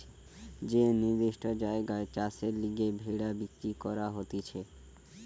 যে নির্দিষ্ট জায়গায় চাষের লিগে ভেড়া বিক্রি করা হতিছে